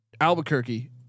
Albuquerque